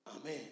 Amen